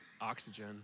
oxygen